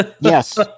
Yes